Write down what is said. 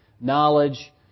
knowledge